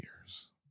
years